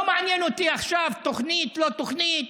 לא מעניין אותי עכשיו תוכנית, לא תוכנית.